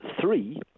three